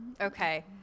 Okay